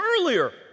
earlier